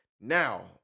Now